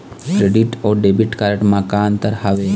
Credit अऊ debit card म का अंतर हावे?